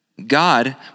God